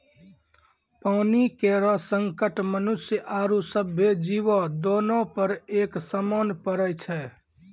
पानी केरो संकट मनुष्य आरो सभ्भे जीवो, दोनों पर एक समान पड़ै छै?